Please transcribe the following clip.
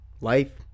life